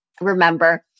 remember